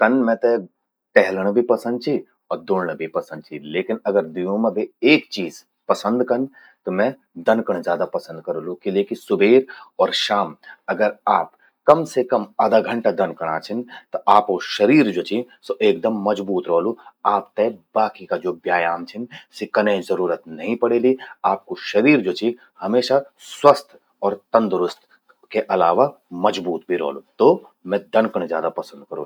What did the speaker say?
तन मेत टहलण भि पसंद चि अर दौण्णं भी पसंद चि। लेकिन, अगर दुयूं मां बे एक चीज पसंद कन, त मैं दनकण ज्यादा पसंद करोलु। किले कि सुबेर अर शाम अगर आप कम से कम अधा घंटा दनकणा छिन, त आपो शरीर ज्वो चि, स्वो एकदम मजबूत रौलु, आपते बाकी का ज्वो व्यायाम छिन, सि कनै जरूरत नहीं पड़ेलि। आपकू शरीर ज्वो चि हमेशा स्वस्थ, और तंदुर्सुत के अलावा मजबूत भी रौलू। तो मैं दनकण ज्यादा पसंद करोलु।